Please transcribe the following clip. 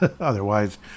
otherwise